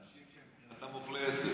זה אנשים שהם מבחינתם אוכלי עשב.